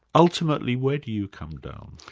ultimately, where do you come down?